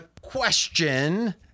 question